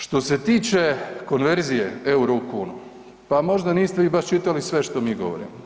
Što se tiče konverzije EUR-o u kunu pa možda niste vi baš čitali sve što mi govorimo.